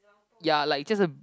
ya like just a